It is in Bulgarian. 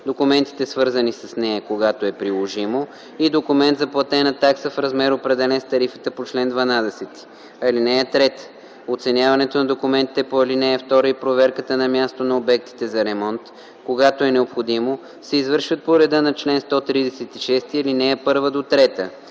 документите, свързани с нея, когато е приложимо, и документ за платена такса в размер, определен с тарифата по чл. 12. (3) Оценяването на документите по ал. 2 и проверката на място на обектите за ремонт, когато е необходимо, се извършват по реда на чл. 136, ал. 1–3.